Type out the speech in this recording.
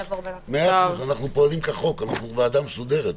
מאה אחוז, אנחנו פועלים כחוק, אנחנו ועדה מסודרת.